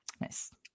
nice